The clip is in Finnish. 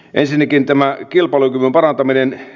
ensinnäkin tämä kilpailukyvyn parantaminen